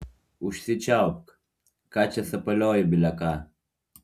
užsičiaupk ką čia sapalioji bile ką